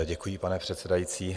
Děkuji, pane předsedající.